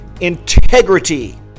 integrity